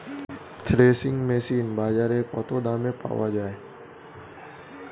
Threshing machine বাজারে কত দামে পাওয়া যায়?